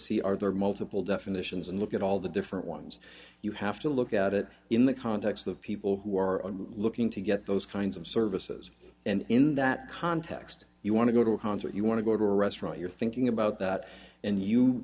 see are there multiple definitions and look at all the different ones you have to look at it in the context of people who are looking to get those kinds of services and in that context you want to go to a concert you want to go to a restaurant you're thinking about that and you